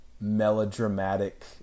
melodramatic